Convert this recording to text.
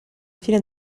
fine